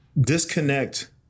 disconnect